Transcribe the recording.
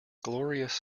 glorious